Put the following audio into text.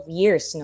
years